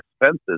expenses